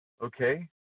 Okay